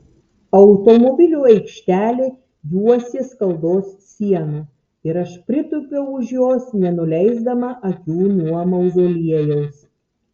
automobilių aikštelę juosė skaldos siena ir aš pritūpiau už jos nenuleisdama akių nuo mauzoliejaus